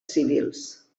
civils